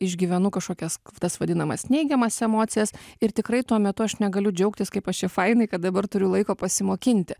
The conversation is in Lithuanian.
išgyvenu kažkokias tas vadinamas neigiamas emocijas ir tikrai tuo metu aš negaliu džiaugtis kaip aš čia fainai kad dabar turiu laiko pasimokinti